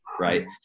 right